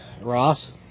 Ross